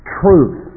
truth